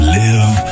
live